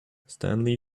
stanley